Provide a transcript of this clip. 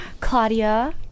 Claudia